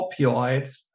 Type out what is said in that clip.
opioids